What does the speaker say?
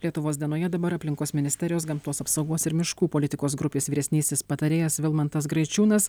lietuvos dienoje dabar aplinkos ministerijos gamtos apsaugos ir miškų politikos grupės vyresnysis patarėjas vilmantas greičiūnas